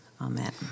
Amen